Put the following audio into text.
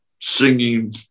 singing